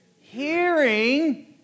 Hearing